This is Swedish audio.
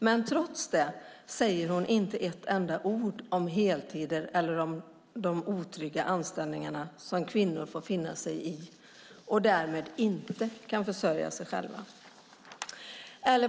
Men trots det säger hon inte ett enda ord om heltider eller om de otrygga anställningar som kvinnor får finna sig i; därmed kan de inte försörja sig själva.